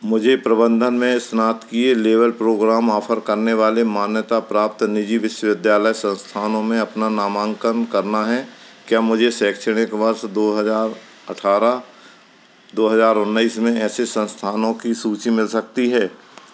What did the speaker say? मुझे प्रबंधन में स्नातकीय लेवल प्रोग्राम ऑफ़र करने वाले मान्यता प्राप्त निजी विश्वविद्यालय संस्थानों में अपना नामांकन करना है क्या मुझे शैक्षणिक वर्ष दो हज़ार अठारह दो हज़ार उन्नीस में ऐसे संस्थानों की सूची मिल सकती है